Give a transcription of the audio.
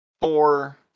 four